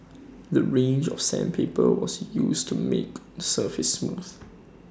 the range of sandpaper was used to make surface smooth